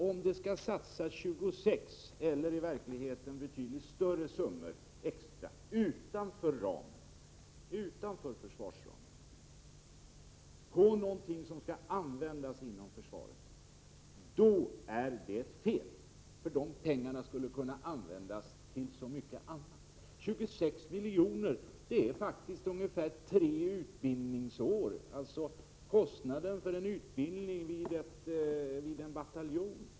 Om man skall satsa 26 miljoner extra — eller i verkligheten betydligt större summor — utanför försvarsramen på någonting som skall användas inom försvaret, är det fel. De pengarna skulle kunna användas till så mycket annat. 26 miljoner motsvarar ungefär tre utbildningsår, dvs. kostnaden för en utbildning vid en bataljon.